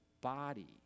body